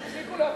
תפסיקו להפריע,